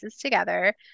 together